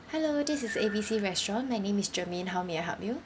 hello this is A B C restaurant my name is charmaine how may I help you